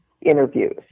interviews